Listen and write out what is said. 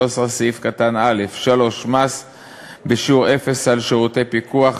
ו-13(א); 3. מס בשיעור אפס על שירותי פיקוח,